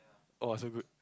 oh so good